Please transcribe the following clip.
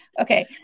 okay